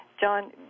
John